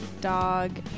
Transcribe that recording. Dog